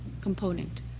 component